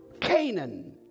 Canaan